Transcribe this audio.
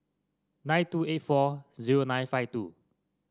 nine two eight four zero nine five two